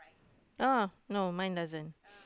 oh no mine doesn't